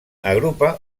agrupa